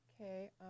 okay